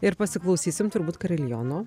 ir pasiklausysim turbūt kariliono